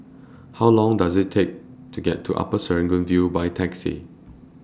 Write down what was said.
How Long Does IT Take to get to Upper Serangoon View By Taxi